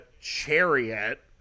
chariot